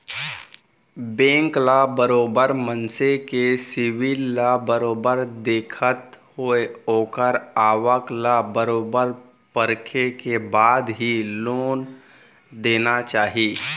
bank ल बरोबर मनसे के सिविल ल बरोबर देखत होय ओखर आवक ल बरोबर परखे के बाद ही लोन देना चाही